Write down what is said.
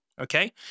okay